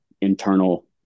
internal